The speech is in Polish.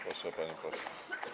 Proszę, panie pośle.